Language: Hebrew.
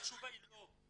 התשובה היא לא.